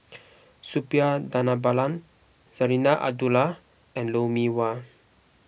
Suppiah Dhanabalan Zarinah Abdullah and Lou Mee Wah